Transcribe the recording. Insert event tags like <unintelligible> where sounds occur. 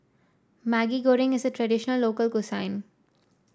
Maggi Goreng is a traditional local <unintelligible>